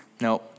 no